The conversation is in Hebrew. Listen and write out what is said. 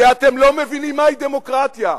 כי אתם לא מבינים מהי דמוקרטיה.